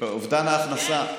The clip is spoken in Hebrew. אובדן הכנסה.